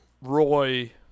Roy